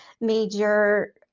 major